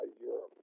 Europe